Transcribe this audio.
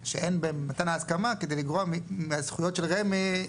שאין במתן ההסכמה כדי לגרוע מהזכויות של רמ״י,